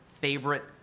favorite